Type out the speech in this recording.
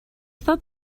thought